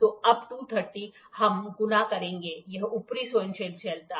तो अब 230 हम गुणा करेंगे यह ऊपरी सहनशीलता